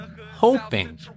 hoping